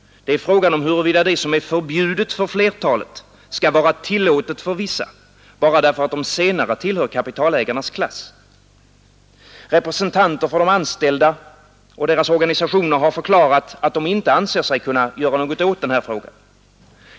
Problemet är huruvida det som är förbjudet för flertalet skall vara tillåtet för vissa, bara därför att de senare tillhör kapitalägarnas klass. Representanter för de anställda och deras organisationer har förklarat att de inte anser sig kunna göra något åt den här frågan.